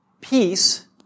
Peace